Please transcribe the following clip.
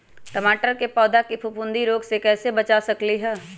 टमाटर के पौधा के फफूंदी रोग से कैसे बचा सकलियै ह?